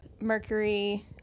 Mercury